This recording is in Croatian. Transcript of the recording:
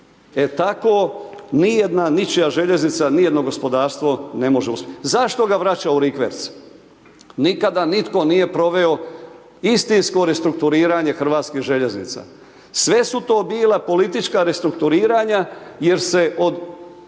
E tako ni jedna, ničija željeznica, ni jedno gospodarstvo ne može uspjeti. Zašto ga vraća u rikverc? Nikada nitko nije proveo istinsko restrukturiranje HŽ-a. Sve su to bila politička restrukturiranja jer se od,